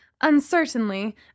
uncertainly